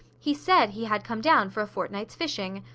he said he had come down for a fortnight's fishing.